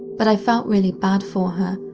but i felt really bad for her,